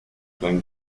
clan